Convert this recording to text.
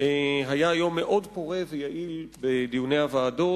היה יום מאוד פורה ויעיל בדיוני הוועדות.